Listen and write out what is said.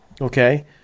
Okay